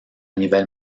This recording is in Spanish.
nivel